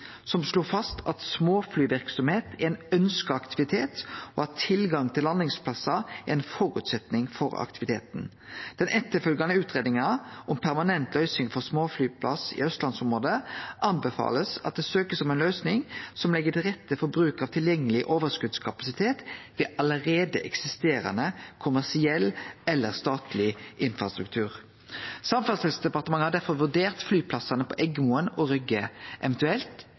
som slo fast at småflyverksemd er ein ønskt aktivitet, og at tilgang til landingsplassar er ein føresetnad for aktiviteten. Den etterfølgjande utgreiinga om permanent løysing for småflyplass i austlandsområdet anbefaler at det blir søkt om ei løysing som legg til rette for bruk av tilgjengeleg overskotskapasitet ved allereie eksisterande kommersiell eller statleg infrastruktur. Samferdselsdepartementet har derfor vurdert flyplassane på Eggemoen og Rygge, eventuelt